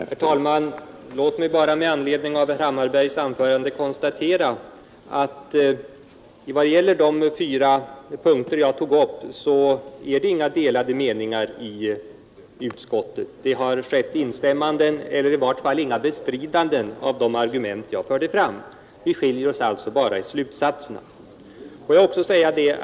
Herr talman! Låt mig bara med anledning av herr Hammarbergs anförande konstatera att det inte har rått några delade meningar i utskottet om de fyra punkter jag tog upp i mitt förra anförande. Herr Hammarberg har instämt i eller i varje fall inte bestritt de argument jag nyss förde fram. Vi skiljer oss alltså bara i fråga om slutsatserna.